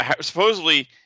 supposedly